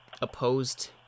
opposed